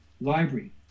library